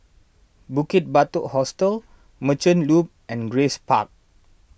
Bukit Batok Hostel Merchant Loop and Grace Park